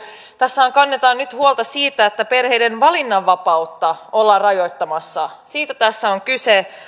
tässähän kannetaan nyt huolta siitä että perheiden valinnanvapautta ollaan rajoittamassa siitä tässä on kyse